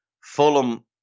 Fulham